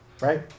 Right